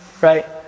right